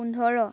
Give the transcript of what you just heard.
পোন্ধৰ